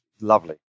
lovely